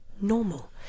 normal